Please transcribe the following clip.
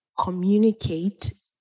communicate